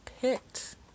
picked